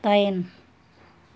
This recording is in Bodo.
दाइन